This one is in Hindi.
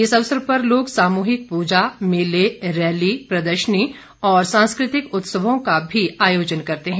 इस अवसर पर लोग सामूहिक पूजा मेले रैली प्रदर्शनी और सांस्कृतिक उत्सवों का भी आयोजन करते हैं